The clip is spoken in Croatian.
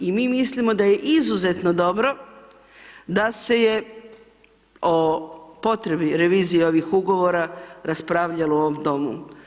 I mi mislimo da je izuzetno dobro da se je o potrebi revizije ovih ugovora, raspravljalo u ovom Domu.